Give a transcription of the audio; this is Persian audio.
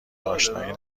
اشنایی